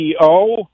CEO